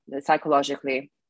psychologically